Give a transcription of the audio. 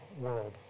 world